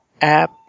app